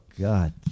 god